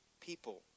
people